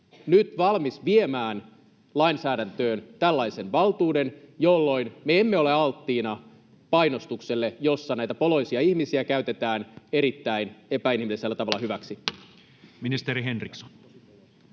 nyt valmis viemään lainsäädäntöön tällaisen valtuuden, jolloin me emme ole alttiina painostukselle, jossa näitä poloisia ihmisiä käytetään erittäin epäinhimillisellä tavalla hyväksi?